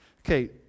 Okay